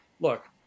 Look